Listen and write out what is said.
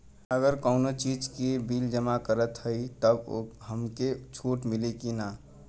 अगर कउनो चीज़ के बिल जमा करत हई तब हमके छूट मिली कि ना?